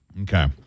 Okay